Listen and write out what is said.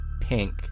pink